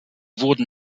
wurden